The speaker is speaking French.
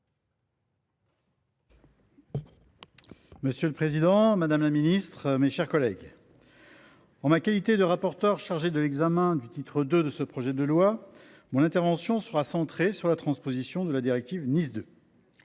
Monsieur le président, madame la ministre, mes chers collègues, en ma qualité de rapporteur chargé de l’examen du titre II du projet de loi, je centrerai mon intervention sur la transposition de la directive NIS 2.